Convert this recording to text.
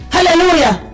Hallelujah